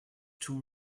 too